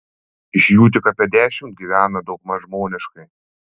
iš jų tik apie dešimt gyvena daugmaž žmoniškai